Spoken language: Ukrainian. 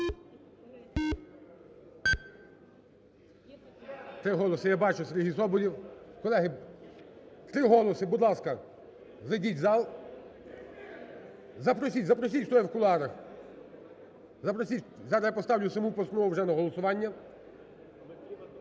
Три голоси. Я бачу, Сергій Соболєв. Колеги, три голоси, будь ласка, зайдіть у зал. Запросіть-запросіть, хто є в кулуарах. Запросіть, зараз я поставлю саму постанову вже на голосування.